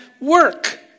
work